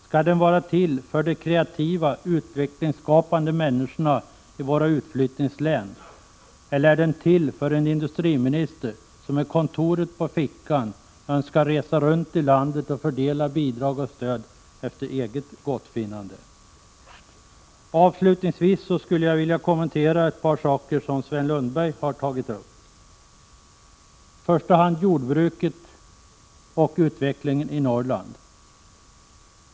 Skall den vara till för de kreativa, utvecklingsskapande människorna i våra utflyttningslän eller är den till för en industriminister som önskar resa runt i landet med kontoret på fickan och fördela bidrag och stöd efter eget gottfinnande? Avslutningsvis skulle jag vilja kommentera ett par saker som Sven Lundberg har tagit upp. Jag börjar med jordbruket och utvecklingen i Norrland.